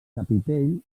capitell